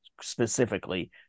specifically